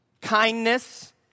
kindness